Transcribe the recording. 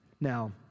Now